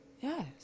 Yes